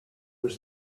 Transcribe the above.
was